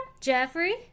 Jeffrey